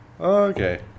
Okay